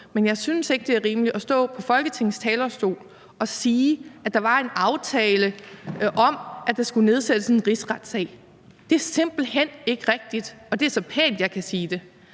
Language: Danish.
men jeg synes ikke, det er rimeligt at stå på Folketingets talerstol og sige, at der var en aftale om, at der skulle nedsættes en rigsret. Det er simpelt hen ikke rigtigt, og det er så pænt, jeg kan sige det.